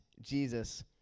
Jesus